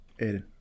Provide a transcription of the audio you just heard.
Aiden